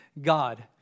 God